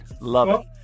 Love